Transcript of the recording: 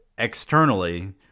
Externally